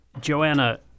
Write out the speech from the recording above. Joanna